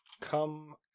come